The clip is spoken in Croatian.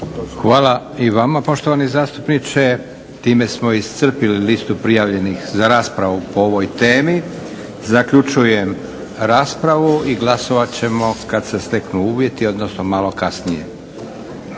Hvala i vama poštovani zastupniče. Time smo iscrpili listu prijavljenih za raspravu po ovoj temi. Zaključujem raspravu i glasovat ćemo kad se steknu uvjeti, odnosno malo kasnije.